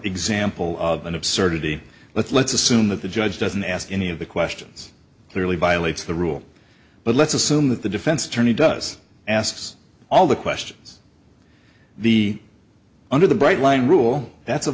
example of an absurdity let's assume that the judge doesn't ask any of the questions clearly violates the rule but let's assume that the defense attorney does asks all the questions the under the bright line rule that's a